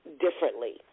differently